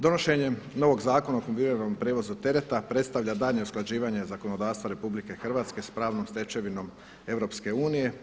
Donošenjem novog Zakona o kombiniranom prijevozu tereta predstavlja daljnje usklađivanje zakonodavstva RH sa pravnom stečevinom EU.